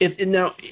Now